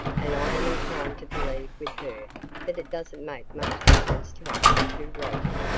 and i am inclined to believe with her that it doesn't make much difference to us who wrote it.